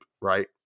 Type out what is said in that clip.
Right